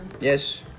Yes